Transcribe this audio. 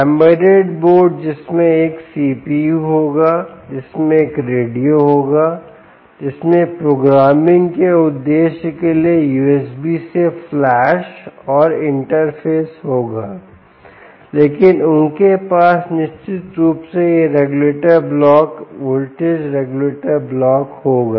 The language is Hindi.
एंबेडेड बोर्ड जिसमें एक सीपीयू होगा जिसमें एक रेडियो होगा जिसमें प्रोग्रामिंग के उद्देश्यों के लिए यूएसबी से फ्लैश और इंटरफेस होगा लेकिन उनके पास निश्चित रूप से यह regulator block voltage regulator block होगा